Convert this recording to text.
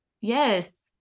yes